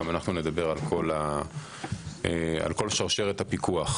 גם אנחנו נדבר על כל שרשרת הפיקוח,